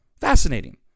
fascinating